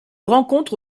rencontre